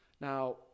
Now